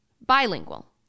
Bilingual